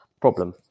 problem